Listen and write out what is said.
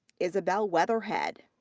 isabel weatherhead.